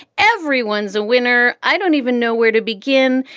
everyone's a winner. i don't even know where to begin.